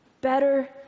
better